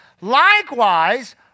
Likewise